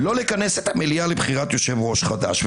לא לכנס את המליאה לבחירת יושב-ראש חדש.